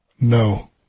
No